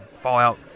Fallout